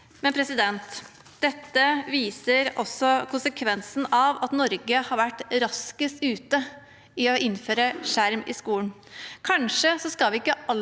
på skolebøkene. Dette viser også konsekvensen av at Norge har vært raskest ute i å innføre skjerm i skolen. Kanskje skal vi ikke alltid